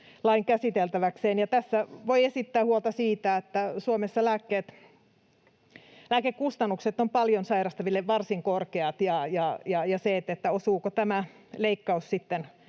käsiteltäväkseen. Tässä voi esittää huolta siitä, että Suomessa lääkekustannukset ovat paljon sairastaville varsin korkeat, ja siitä, osuuko tämä leikkaus